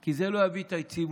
כי זה לא יביא את היציבות,